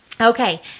Okay